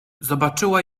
zobaczyła